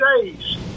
days